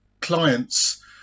clients